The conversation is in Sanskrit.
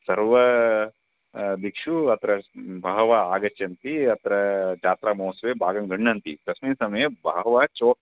सर्वेषु दिक्षु अत्र बहवः आगच्छन्ति अत्र जात्रामहोत्सवे भागं गृह्णन्ति तस्मिन् समये बहवः चौराः